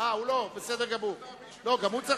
הוא גם צריך להצביע,